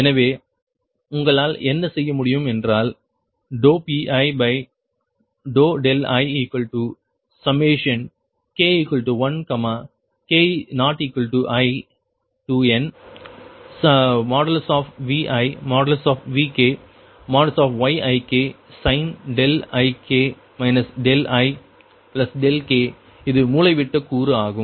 எனவே உங்களால் என்ன செய்ய முடியும் என்றால் Piik1k≠inViVkYiksin ik ik இது மூலைவிட்ட கூறு ஆகும்